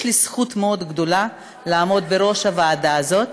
יש לי זכות מאוד גדולה לעמוד בראש הוועדה הזאת,